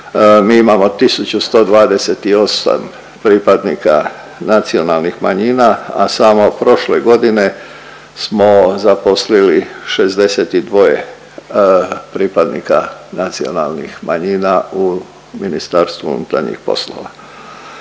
mi imamo 1.128 pripadnika nacionalnih manjina a samo prošle godine smo zaposlili 62 pripadnika nacionalnih manjina u MUP-u. Zaključno